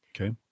Okay